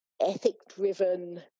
ethic-driven